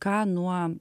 ką nuo